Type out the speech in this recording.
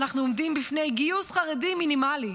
אנחנו עומדים בפני גיוס חרדים מינימלי,